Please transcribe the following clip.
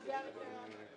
נבדוק את זה.